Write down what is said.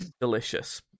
delicious